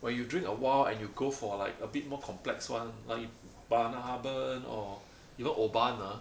when you drink a while and you go for like a bit more complex [one] bourbon or even Oban ah